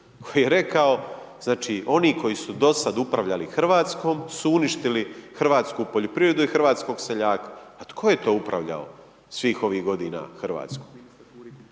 koji je rekao, znači oni koji su dosad upravljali Hrvatskom su uništili hrvatsku poljoprivredu i hrvatskog seljaka. Pa tko je to upravljao svih ovih godina Hrvatskom?